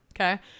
Okay